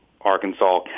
Arkansas